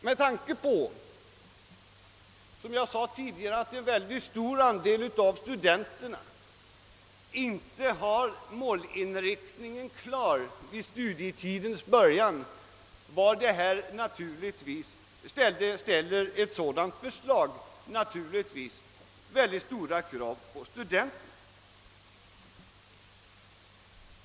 Med tanke på att en mycket stor del av de studerande inte har målinriktningen klar vid studiernas början ställer ett sådant system givetvis oerhört stora krav på studenterna.